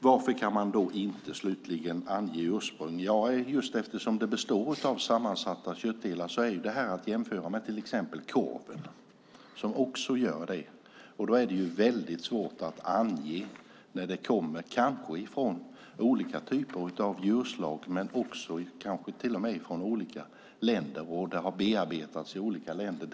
Varför kan man inte ange ursprung? Eftersom det består av sammansatta köttdelar är det att jämföra med korven. Då är det väldigt svårt att ange det. Det kommer kanske från olika typer av djurslag och kanske också från olika länder och har bearbetats i olika länder.